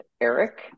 Eric